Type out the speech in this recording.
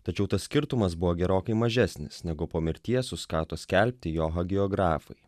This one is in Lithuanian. tačiau tas skirtumas buvo gerokai mažesnis negu po mirties suskato skelbti jo hagiografai